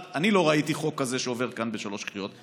אני לא ראיתי חוק כזה שעובר כאן בשלוש קריאות.